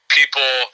people